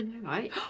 right